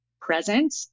present